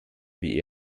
wie